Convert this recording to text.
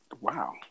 Wow